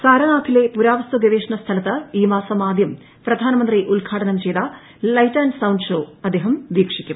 സാരനാഥിലെ പുരാവസ്തു ഗവേഷണ സ്ഥലത്ത് ഈ മാസം ആദ്യം പ്രധാനമന്ത്രി ഉദ്ഘാടനം ചെയ്ത ലൈറ്റ് ആൻഡ് സൌണ്ട് ഷോ അദ്ദേഹം വീക്ഷിക്കും